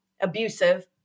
Abusive